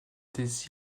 des